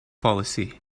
policy